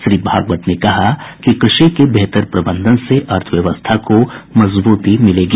श्री भागवत ने कहा कि कृषि के बेहतर प्रबंधन से अर्थव्यवस्था को मजबूती मिलेगी